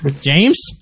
James